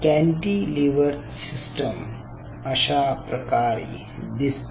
cantilever system अशाप्रकारे दिसते